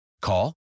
Call